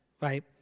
right